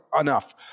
enough